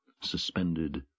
suspended